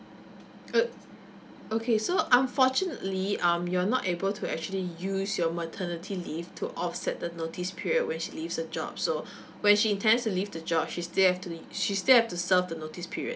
uh okay so unfortunately um you're not able to actually use your maternity leave to offset the notice period when she leaves her job so when she intends to leave the job she still have to serve the notice period